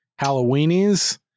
Halloweenies